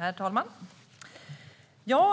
Herr talman!